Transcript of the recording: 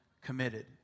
committed